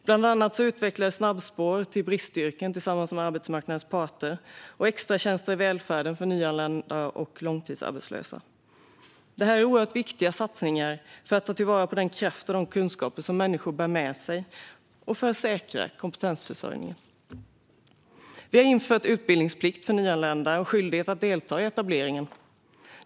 Bland annat utvecklades snabbspår till bristyrken tillsammans med arbetsmarknadens parter, liksom extratjänster i välfärden för nyanlända och långtidsarbetslösa. Detta är oerhört viktiga satsningar för att ta till vara den kraft och de kunskaper som människor bär med sig och för att säkra kompetensförsörjningen. Vi har infört utbildningsplikt för nyanlända och skyldighet att delta i etableringen.